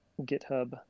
GitHub